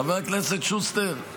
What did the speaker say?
חבר הכנסת שוסטר,